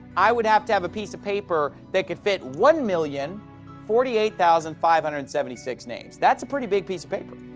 i would have to have a piece of paper that could fit one million forty eight thousand five hundred and seventy six names. that is a pretty big piece of paper.